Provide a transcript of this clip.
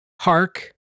Hark